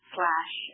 slash